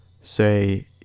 say